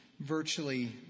Virtually